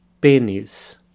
Penis